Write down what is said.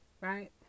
Right